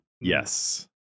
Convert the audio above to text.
yes